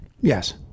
Yes